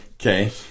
Okay